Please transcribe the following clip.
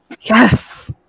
Yes